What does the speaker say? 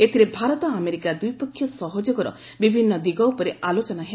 ଏଥିରେ ଭାରତ ଆମେରିକା ଦ୍ୱିପକ୍ଷୀୟ ସହଯୋଗର ବିଭିନ୍ନ ଦିଗ ଉପରେ ଆଲୋଚନା ହେବ